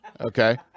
Okay